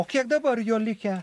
o kiek dabar jo likę